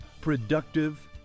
productive